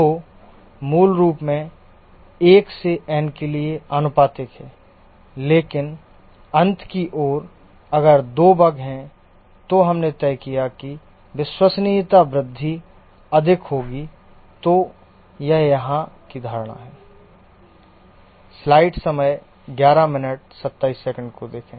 तो मूल रूप से 1 से n के लिए आनुपातिक है लेकिन अंत की ओर अगर दो बग हैं और हमने तय किया कि विश्वसनीयता वृद्धि अधिक होगी तो यह यहां की धारणा है